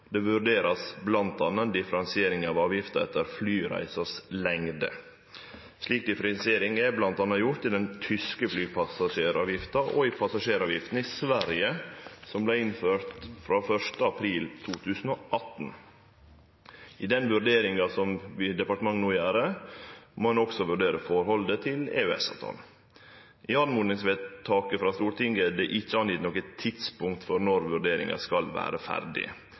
av avgifta etter lengda på flyreisa vurdert. Ei slik differensiering er gjort bl.a. i den tyske flypassasjeravgifta og i passasjeravgifta i Sverige, som vart innført 1. april 2018. I vurderinga som departementet no gjer, må ein òg vurdere forholdet til EØS-avtalen. I oppmodingsvedtaket frå Stortinget er det ikkje fastsett noko tidspunkt for når vurderinga skal vere ferdig.